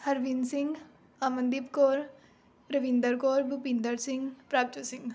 Harvind Singh Amandeep Kaur Ravinder Kaur Bhupinder Singh Prabhjot Singh